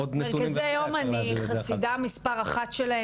עוד נתונים,